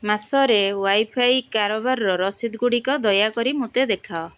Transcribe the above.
ମାସରେ ୱାଇଫାଇ କାରବାରର ରସିଦଗୁଡ଼ିକ ଦୟାକରି ମୋତେ ଦେଖାଅ